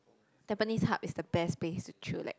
tampines Hub is the best place to chillax